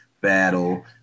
battle